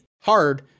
hard